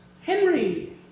Henry